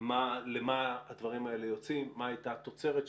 למה הדברים האלה יוצאים, מה הייתה התוצרת שלהם,